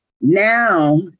now